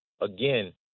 Again